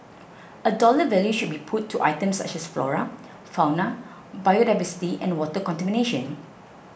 a dollar value should be put to items such as flora fauna biodiversity and water contamination